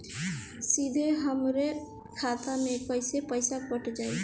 सीधे हमरे खाता से कैसे पईसा कट जाई?